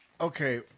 okay